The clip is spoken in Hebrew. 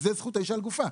זאת זכות האישה על גופה.